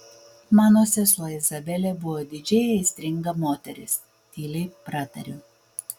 mano sesuo izabelė buvo didžiai aistringa moteris tyliai pratariu